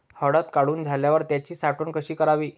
हळद काढून झाल्यावर त्याची साठवण कशी करावी?